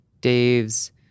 Dave's